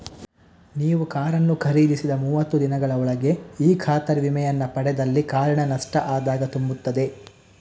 ನೀವು ಕಾರನ್ನು ಖರೀದಿಸಿದ ಮೂವತ್ತು ದಿನಗಳ ಒಳಗೆ ಈ ಖಾತರಿ ವಿಮೆಯನ್ನ ಪಡೆದಲ್ಲಿ ಕಾರಿನ ನಷ್ಟ ಆದಾಗ ತುಂಬುತ್ತದೆ